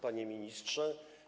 Panie Ministrze!